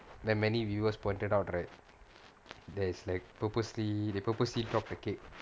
there are many viewers pointed out right there is like purposely they purposely drop cake